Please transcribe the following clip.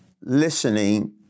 listening